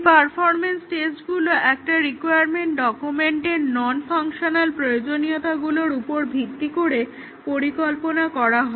এই পারফরম্যান্স টেস্টগুলো একটা রিকোয়ারমেন্ট ডকুমেন্টের নন ফাংশনাল প্রয়োজনীয়তাগুলোর উপর ভিত্তি করে পরিকল্পনা করা হয়